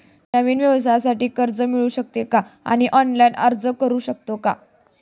नवीन व्यवसायासाठी कर्ज मिळू शकते का आणि ऑनलाइन अर्ज करू शकतो का?